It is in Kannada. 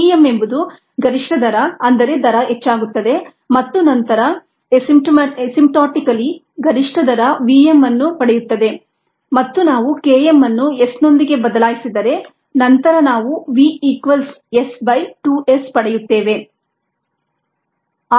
v m ಎಂಬುದು ಗರಿಷ್ಠ ದರ ಅಂದರೆ ದರ ಹೆಚ್ಚಾಗುತ್ತದೆ ಮತ್ತು ನಂತರ ಆಸಿಮ್ಪ್ಟಾಟಿಕಲ್ಯ್ ಗರಿಷ್ಠ ದರ v m ಅನ್ನು ಪಡೆಯುತ್ತದೆ ಮತ್ತು ನಾವು K m ಅನ್ನು S ನೊಂದಿಗೆ ಬದಲಾಯಿಸಿದರೆ ನಂತರ ನಾವು v equals S by 2S ಪಡೆಯುತ್ತೇವೆ ಆದ್ದರಿಂದ v m by 2